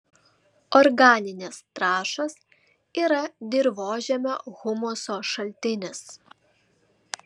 organinės trąšos yra dirvožemio humuso šaltinis